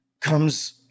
comes